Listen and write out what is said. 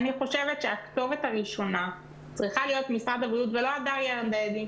אני חושבת שהכתובת הראשונה צריכה להיות משרד הבריאות ולא הדר ירדני,